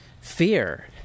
Fear